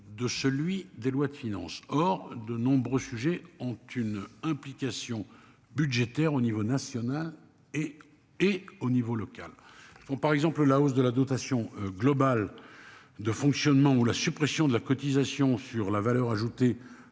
de celui des lois de finances. Or de nombreux sujets Antunes. Implication budgétaire au niveau national et et au niveau local font par exemple la hausse de la dotation globale de fonctionnement ou la suppression de la cotisation sur la valeur ajoutée